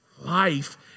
Life